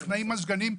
טכנאות מזגנים,